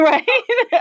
Right